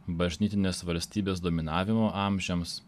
bažnytinės valstybės dominavimo amžiams